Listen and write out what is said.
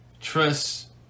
trust